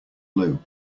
blew